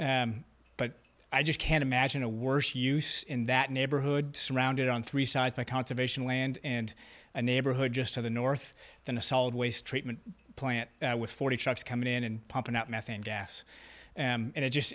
but i just can't imagine a worse use in that neighborhood surrounded on three sides by conservation land and a neighborhood just to the north than a solid waste treatment plant with forty trucks coming in and pumping out methane gas and